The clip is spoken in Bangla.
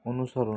অনুসরণ